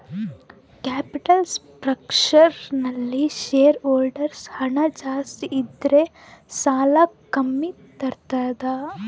capital structure ನಲ್ಲಿ share holders ಹಣ ಜಾಸ್ತಿ ಇದ್ದರೆ ಸಾಲ ಕಮ್ಮಿ ಇರ್ತದ